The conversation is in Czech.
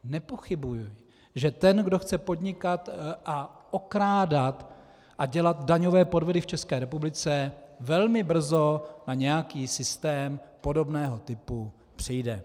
Nepochybuji, že ten, kdo chce podnikat, okrádat a dělat daňové podvody v České republice, velmi brzy na nějaký systém podobného typu přijde.